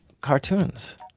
cartoons